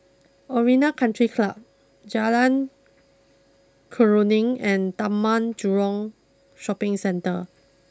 Arena country Club Jalan Keruing and Taman Jurong Shopping Centre